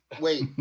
wait